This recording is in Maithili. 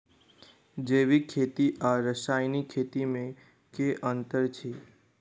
जैविक खेती आ रासायनिक खेती मे केँ अंतर छै?